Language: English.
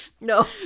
No